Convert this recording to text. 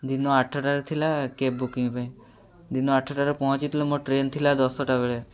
ଦିନ ଆଠଟାରେ ଥିଲା କ୍ୟାବ୍ ବୁକିଂ ପାଇଁ ଦିନ ଆଠଟାରେ ପହଞ୍ଚିଥିଲି ମୋ ଟ୍ରେନ୍ ଥିଲା ଦଶଟା ବେଳେ